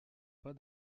pas